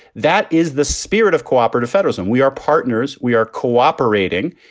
that is the spirit of cooperative federalism. we are partners. we are cooperating.